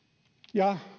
ja